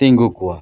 ᱛᱤᱸᱜᱩ ᱠᱚᱣᱟ